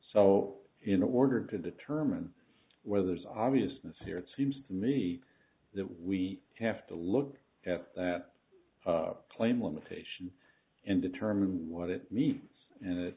so in order to determine whether there's obvious mishear it seems to me that we have to look at that plane limitation and determine what it means and it